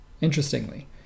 interestingly